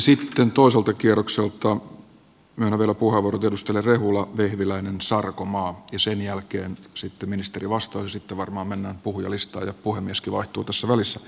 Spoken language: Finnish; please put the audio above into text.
sitten toiselta kierrokselta myönnän vielä puheenvuorot edustajille rehula vehviläinen sarkomaa ja sen jälkeen sitten ministeri vastaa ja sitten varmaan mennään puhujalistaan ja puhemieskin vaihtuu tässä välissä